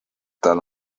tal